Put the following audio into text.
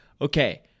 okay